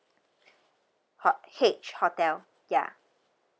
ho~ h hotel ya